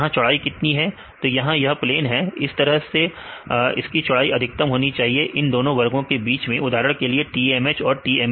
यहां चौड़ाई कितनी है तो यहां यह प्लेन है इस तरह से की चढ़ाई अधिकतम होनी चाहिए इन दोनों वर्गों के बीच में उदाहरण के लिए TMH और TMS